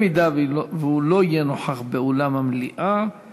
אם הוא לא יהיה נוכח באולם המליאה,